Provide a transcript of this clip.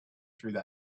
through